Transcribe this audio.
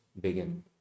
begin